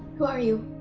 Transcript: who are you?